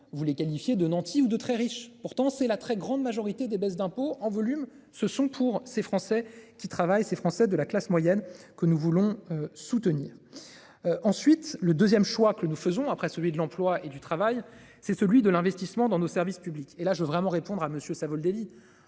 vous les qualifiez de nantis ou de très riches, pourtant c'est la très grande majorité des baisses d'impôts, en volume, ce sont pour ces Français. Qui travaille ces français de la classe moyenne que nous voulons soutenir. Ensuite le deuxième choix que nous faisons, après celui de l'emploi et du travail, c'est celui de l'investissement dans nos services publics et là je vraiment répondre à Monsieur Savoldelli.